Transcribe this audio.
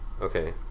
Okay